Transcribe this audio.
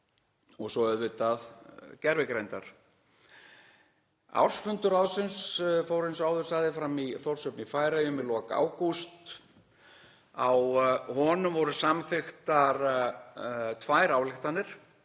og svo auðvitað gervigreindar. Ársfundur ráðsins fór eins og áður sagði fram í Þórshöfn í Færeyjum í lok ágúst. Á honum voru samþykktar tvær ályktanir